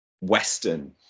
Western